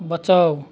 बचाउ